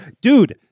Dude